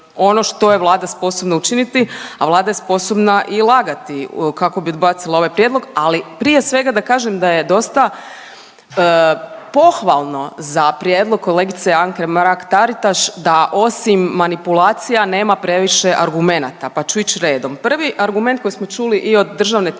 ono što je Vlada sposobna učiniti, a Vlada je sposobna i lagati kako bi odbacila ovaj prijedlog, ali prije svega, da kažem da je dosta pohvalno za prijedlog kolegice Anke Mrak-Taritaš da osim manipulacija nema previše argumenata, pa ću ići redom. Prvi argument koji smo čuli i od državne tajnice,